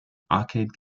arcade